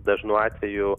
dažnu atveju